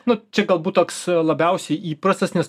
nu čia galbūt toks labiausiai įprastas nes